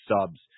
subs